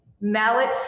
mallet